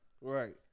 right